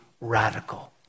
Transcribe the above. radical